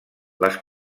les